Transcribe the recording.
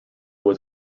was